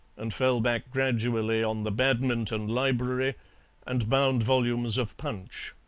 and fell back gradually, on the badminton library and bound volumes of punch.